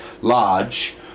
large